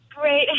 Great